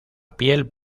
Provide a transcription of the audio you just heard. piel